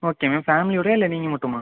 okay ma'am ஃபேமிலியோடயா இல்லை நீங்கள் மட்டுமா